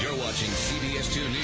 watching cbs two